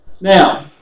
Now